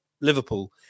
Liverpool